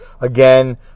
Again